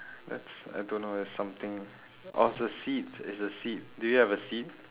that's I don't know it's something oh it's a seat it's a seat do you have a seat